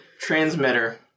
transmitter